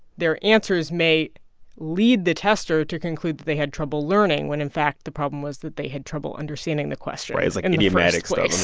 their answers may lead the tester to conclude they had trouble learning, when, in fact, the problem was that they had trouble understanding the questions like and idiomatic stuff.